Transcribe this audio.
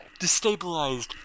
destabilized